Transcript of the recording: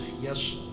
yes